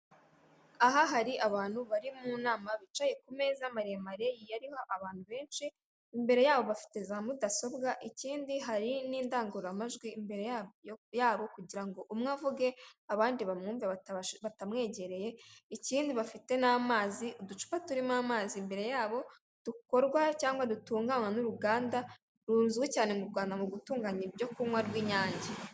Aha hari abantu bari mu nama bicaye ku meza maremare yariho abantu benshi, imbere yabo bafite za mudasobwa ikindi hari n'indangururamajwi imbere yabo kugira ngo umwe avuge abandi bamwumva batamwegereye, ikindi bafite n'amazi uducupa turimo amazi imbere yabo dukorwa cyangwa dutunganywa n'uruganda ruzwi cyane mu Rwanda mu gutunganya ibyo kunywa by'inyange.